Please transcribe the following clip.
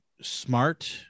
smart